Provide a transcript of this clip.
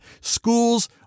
school's